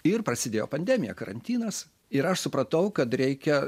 ir prasidėjo pandemija karantinas ir aš supratau kad reikia